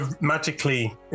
magically